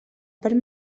part